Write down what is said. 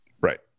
Right